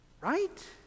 right